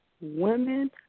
women